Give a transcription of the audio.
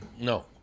No